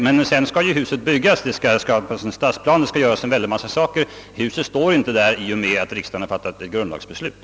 Men sedan skall huset byggas, det skall skapas en stadsplan o.s.v. Huset står inte där i och med att riksdagen fattat beslut om grundlagsändring.